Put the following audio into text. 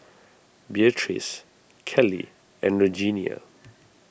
Beatrice Kelly and Regenia